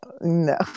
no